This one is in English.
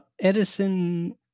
Edison